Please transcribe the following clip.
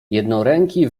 jednoręki